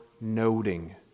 noting